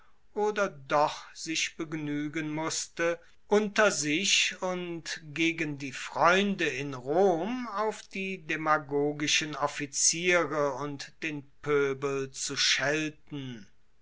oder doch sich begnuegen musste unter sich und gegen die freunde in rom auf die demagogischen offiziere und den poebel zu schelten